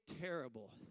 terrible